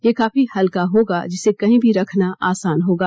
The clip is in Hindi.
यह काफी हल्का होगा जिसे कहीं भी रखना आसान होगा